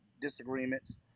disagreements